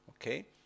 okay